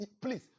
Please